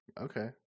Okay